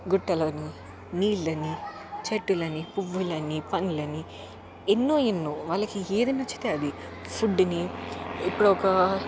గుట్టలని నీళ్ళని చెట్లని పువ్వులని పండ్లని ఎన్నో ఎన్నో వాళ్ళకి ఏది నచ్చితే అది ఫుడ్ని ఇప్పుడు ఒక